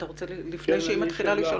אתה רוצה לפני שהיא מתחילה?